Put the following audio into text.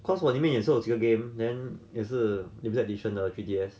cause 我这边也是有几个 game then 也是 limited edition 的 P D S